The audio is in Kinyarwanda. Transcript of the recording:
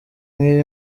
nk’iyo